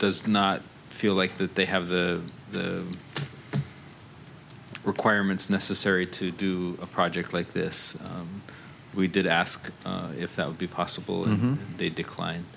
does not feel like that they have the requirements necessary to do a project like this we did ask if that would be possible and they declined